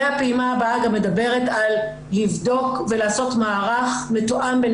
והפעימה הבאה גם מדברת על לבדוק ולעשות מערך מתואם בין